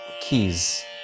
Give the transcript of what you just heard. keys